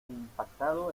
impactado